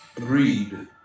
read